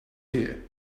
here